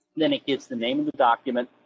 then it gives the name of the document,